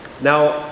Now